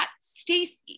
stacy